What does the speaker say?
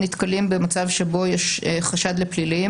נתקלים במצב שבו יש חשד לפלילים.